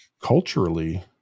culturally